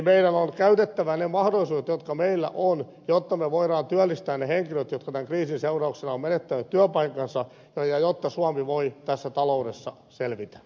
meidän on käytettävä ne mahdollisuudet jotka meillä on jotta me voimme työllistää ne henkilöt jotka tämän kriisin seurauksena ovat menettäneet työpaikkansa ja jotta suomi voi taloudessa selvitä